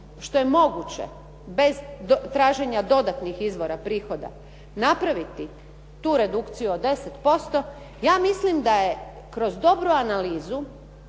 što je moguće bez traženja dodatnih izvora prihoda napraviti tu redukciju od 10% ja mislim da je kroz dobru analizu